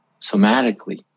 somatically